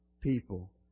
people